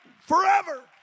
forever